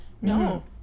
No